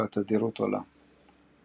והתדירות עולה.